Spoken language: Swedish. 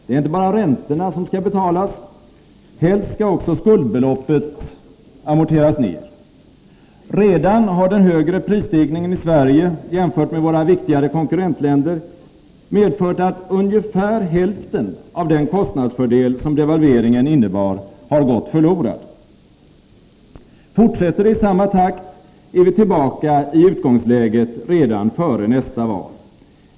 Det är inte bara räntorna som skall betalas, utan helst skall skuldbeloppet också amorteras ned. Redan har den högre prisstegringen i Sverige jämfört med våra viktigare konkurrentländer medfört att ungefär hälften av den kostnadsfördel som devalveringen innebar har gått förlorad. Fortsätter det i samma takt, är vi tillbaka i utgångsläget redan före nästa val.